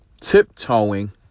tiptoeing